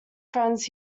friends